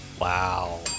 Wow